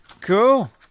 cool